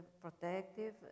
protective